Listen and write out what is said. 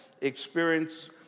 experience